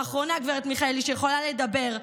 האחרונה, גברת מיכאלי, שיכולה לדבר.